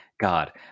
God